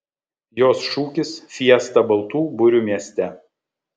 jos šūkis fiesta baltų burių mieste